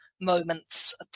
moments